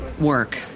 work